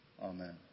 Amen